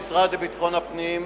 המשרד לביטחון הפנים,